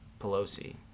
Pelosi